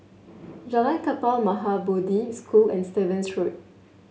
Jalan Kapal Maha Bodhi School and Stevens Road